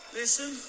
listen